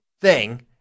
thing-